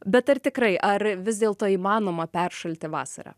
bet ar tikrai ar vis dėlto įmanoma peršalti vasarą